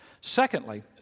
Secondly